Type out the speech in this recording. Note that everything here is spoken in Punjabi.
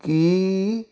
ਕੀ